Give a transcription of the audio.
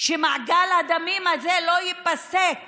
שמעגל הדמים הזה לא ייפסק